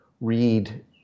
read